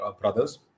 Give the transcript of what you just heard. brothers